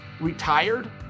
retired